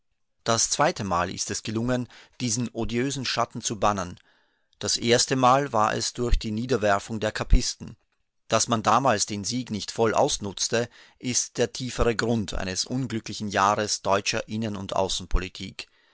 das zweite mal ist es gelungen diesen odiösen schatten zu bannen das erste mal war es durch die niederwerfung der kappisten daß man damals den sieg nicht voll ausnutzte ist der tiefere grund eines unglücklichen jahres deutscher innen und außenpolitik